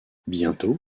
bientôt